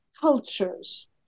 cultures